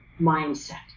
mindset